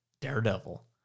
Daredevil